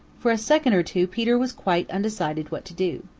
for a second or two peter was quite undecided what to do.